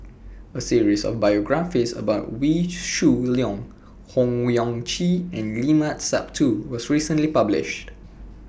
A series of biographies about Wee Shoo Leong Owyang Chi and Limat Sabtu was recently published